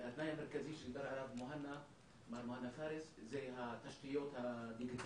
התנאי המרכזי שדיבר עליו מר מוהנא פארס זה התשתיות הדיגיטליות,